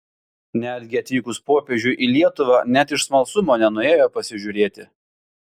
netgi atvykus popiežiui į lietuvą net iš smalsumo nenuėjo pasižiūrėti